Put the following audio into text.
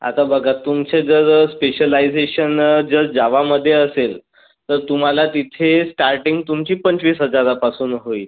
आता बघा तुमचे जर स्पेशलायझेशन जर जावामध्ये असेल तर तुम्हाला तिथे स्टार्टिंग तुमची पंचवीस हजारापासून होईल